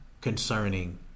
Concerning